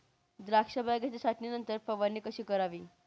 द्राक्ष बागेच्या छाटणीनंतर फवारणी कशी करावी?